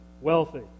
wealthy